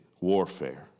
warfare